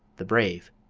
the brave.